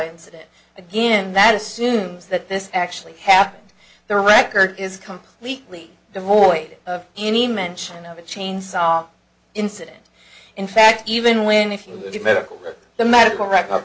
incident again that assumes that this actually happened the record is completely devoid of any mention of a chainsaw incident in fact even when if you did medical the medical records